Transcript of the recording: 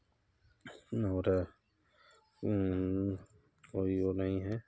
और ये नहीं है